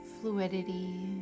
fluidity